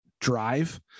Drive